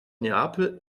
neapel